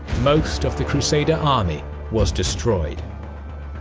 most of the crusader army was destroyed.